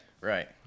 Right